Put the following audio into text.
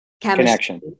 connection